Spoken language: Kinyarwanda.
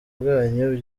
bwanyu